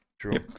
True